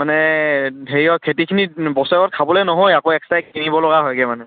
মানে হেৰি আকৌ খেতিখিনিত বছৰেকত খাবলৈ নহয়ে আকৌ এক্সট্ৰাকৈ কিনিব লগা হয়গৈ মানে